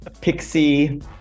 pixie